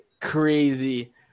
crazy